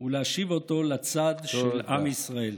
ולהשיב אותו לצד של עם ישראל.